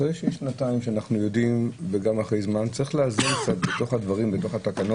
אחרי שנתיים צריך לאזן קצת בתוך התקנות